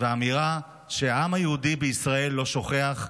ועם האמירה שהעם היהודי בישראל לא שוכח.